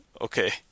Okay